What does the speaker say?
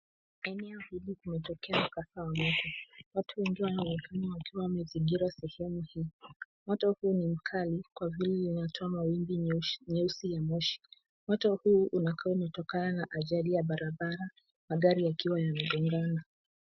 Eneo hii limetokea mkasa wa moto. Watu wengi wanaonekana wakiwa wamezingira sehemu hii. Mto huu ni mkali, kwa vile inatoa mawimbi nyeusi nyeusi ya moshi. Moto huu unakaa umetokana na ajali ya barabara magari yakiwa yamegongana.